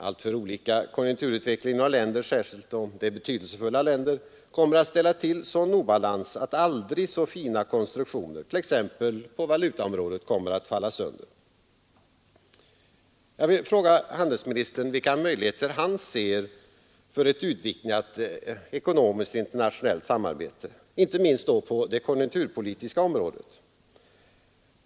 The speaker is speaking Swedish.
Alltför olika konjunkturutveckling i några länder, särskilt om dessa är betydelsefulla, kommer att ställa till sådan obalans att aldrig så fina konstruktioner, t.ex. på valutaområdet, kommer att falla sönder. Jag vill fråga handelsministern vilka möjligheter han ser för ett utvidgat ekonomiskt internationellt samarbete, inte minst på det konjunkturpolitiska området.